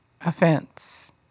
Offense